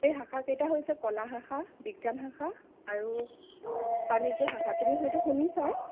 এই শাখা কেইটা হৈছে কলা শাখা বিজ্ঞান শাখা আৰু বাণিজ্য শাখা তুমি হয়তো শুনিছাই